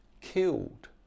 killed